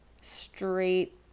straight